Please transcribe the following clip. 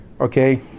Okay